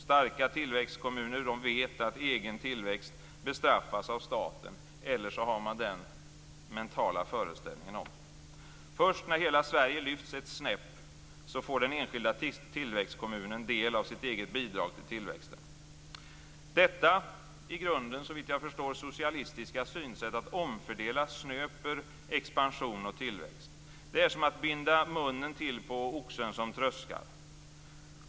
Starka tillväxtkommuner vet att egen tillväxt bestraffas av staten, eller också har man den mentala föreställningen. Först när hela Sverige lyfts ett snäpp får den enskilda tillväxtkommunen del av sitt eget bidrag till tillväxten. Detta i grunden såvitt jag förstår socialistiska synsätt att omfördela snöper expansion och tillväxt. Det är som att binda munnen till på oxen som tröskar.